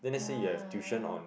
yeah